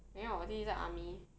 没有我弟弟在 army